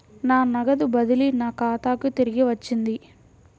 నా నగదు బదిలీ నా ఖాతాకు తిరిగి వచ్చింది